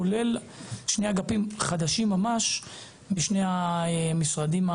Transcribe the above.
כולל שני אגפים חדשים ממש בשני המשרדים,